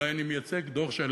ואולי אני מייצג דור שלם